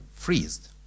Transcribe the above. freezed